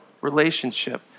relationship